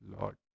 lord